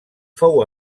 fou